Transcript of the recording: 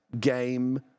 game